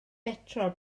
betrol